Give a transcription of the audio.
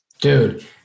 Dude